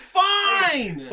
fine